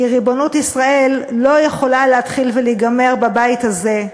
כי ריבונות ישראל לא יכולה להתחיל ולהיגמר בבית הזה,